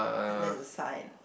and that's a sign